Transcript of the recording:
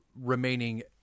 remaining